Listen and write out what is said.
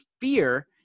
fear